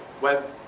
web